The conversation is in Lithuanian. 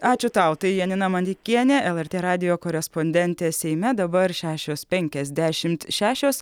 ačiū tau tai janina mandeikienė lrt radijo korespondentė seime dabar šešios penkiasdešimt šešios